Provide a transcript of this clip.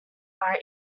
are